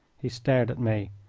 he stared at me.